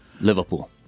Liverpool